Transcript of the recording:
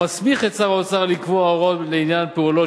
המסמיך את שר האוצר לקבוע הוראות לעניין פעולות